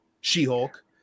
She-Hulk